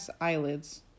eyelids